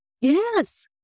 Yes